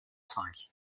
cinq